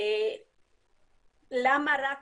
למה רק